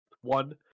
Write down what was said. one